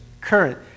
current